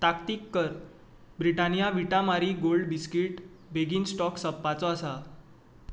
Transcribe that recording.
ताकतीक कर Britannia Vita Marie Gold biscuit बेगीन स्टॉक सोंपपाचो आसा